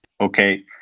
okay